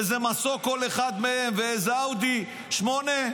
איזה מסוק כל אחד מהם ואיזה אאודי 8,